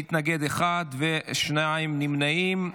מתנגד אחד ושני נמנעים.